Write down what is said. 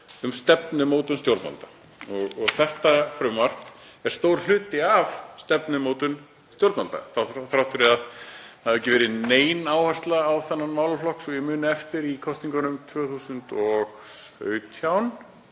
um stefnumótun stjórnvalda. Þetta frumvarp er stór hluti af stefnumótun stjórnvalda fyrir fram þrátt fyrir að það hafi ekki verið nein áhersla á þennan málaflokk svo ég muni eftir í kosningunum 2017.